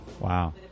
Wow